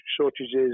shortages